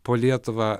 po lietuvą